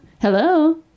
Hello